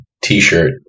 t-shirt